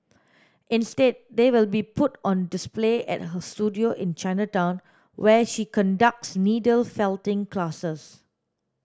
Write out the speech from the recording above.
instead they will be put on display at her studio in Chinatown where she conducts needle felting classes